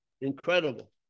incredible